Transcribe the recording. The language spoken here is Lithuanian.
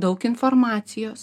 daug informacijos